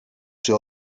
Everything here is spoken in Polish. czy